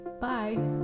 Bye